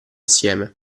assieme